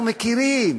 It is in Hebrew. אנחנו מכירים.